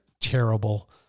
terrible